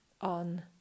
on